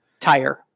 tire